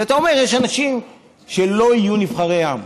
כי אתה אומר שיש אנשים שלא יהיו נבחרי העם.